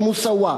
"מוסאוא",